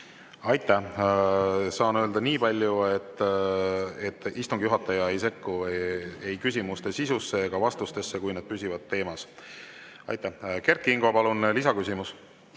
Aitäh! Saan öelda niipalju, et istungi juhataja ei sekku ei küsimuste sisusse ega vastustesse, kui need püsivad teemas. Kert Kingo, palun, lisaküsimus!